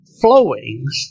flowings